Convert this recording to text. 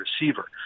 receiver